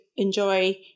Enjoy